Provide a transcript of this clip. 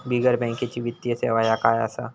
बिगर बँकेची वित्तीय सेवा ह्या काय असा?